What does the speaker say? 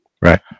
Right